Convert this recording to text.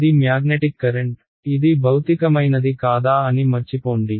ఇది magnetic current ఇది భౌతికమైనది కాదా అని మర్చిపోండి